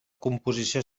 composició